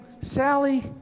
Sally